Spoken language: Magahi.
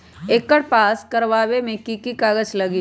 एकर पास करवावे मे की की कागज लगी?